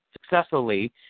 successfully